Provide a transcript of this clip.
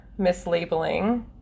mislabeling